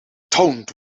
don’t